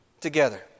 together